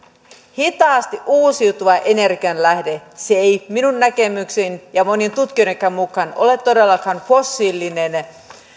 hitaasti uusiutuva energianlähde se ei minun näkemykseni ja monien tutkijoidenkaan mukaan ole todellakaan fossiilinen